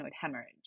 hemorrhage